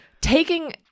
taking